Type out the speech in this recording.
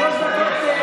שלוש דקות,